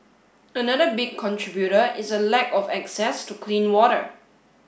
another big contributor is a lack of access to clean water